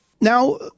Now